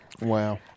Wow